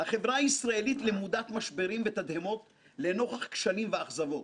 החברה הישראלית למודת משברים ותדהמות לנוכח כשלים ואכזבות.